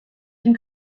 dem